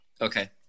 Okay